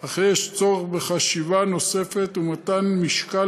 אך יש צורך בחשיבה נוספת ומתן משקל